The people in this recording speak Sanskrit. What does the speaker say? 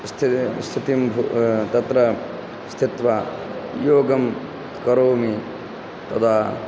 स्थितिं स्थितिं भूत्वा तत्र स्थित्वा योगं करोमि तदा